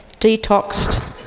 detoxed